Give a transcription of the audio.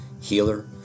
healer